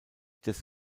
des